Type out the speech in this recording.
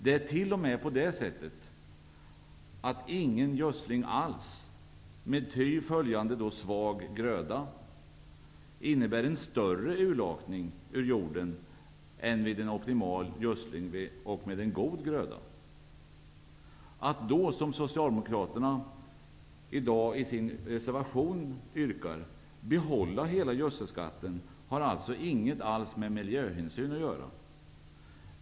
Det är t.o.m. på det sättet att ingen gödsling alls med ty följande svag gröda, innebär en större urlakning ur jorden än vid en optimal gödsling och med en god gröda. Att då göra som Socialdemokraterna gör i sin reservation yrka på att hela gödselskatten skall behållas, har alltså inte något med miljöhänsyn att göra.